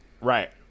Right